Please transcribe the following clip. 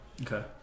okay